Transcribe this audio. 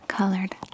colored